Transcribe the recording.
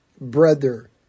brother